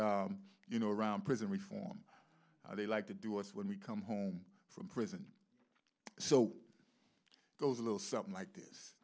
you know around prison reform they like to do us when we come home from prison so goes a little something like this